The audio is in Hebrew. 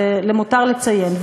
למותר לציין,